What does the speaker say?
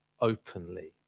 openly